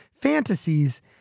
fantasies